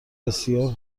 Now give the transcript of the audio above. بسیار